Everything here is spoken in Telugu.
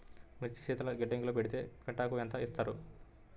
మిర్చి శీతల గిడ్డంగిలో పెడితే క్వింటాలుకు ఎంత ఇస్తారు?